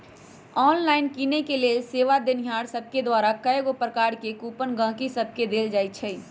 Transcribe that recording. online किनेके लेल सेवा देनिहार सभके द्वारा कएगो प्रकार के कूपन गहकि सभके देल जाइ छइ